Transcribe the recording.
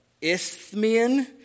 Isthmian